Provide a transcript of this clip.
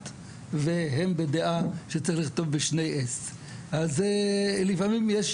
והם בדעה שצריך לכתוב בשני S. זה פרט,